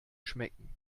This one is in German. schmecken